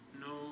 No